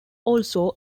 also